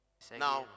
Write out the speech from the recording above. Now